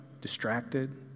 distracted